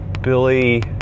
Billy